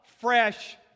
fresh